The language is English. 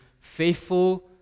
faithful